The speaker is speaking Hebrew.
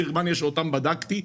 גרמניה שאותם בדקתי,